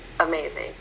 amazing